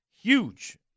huge